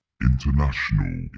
International